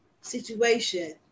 situation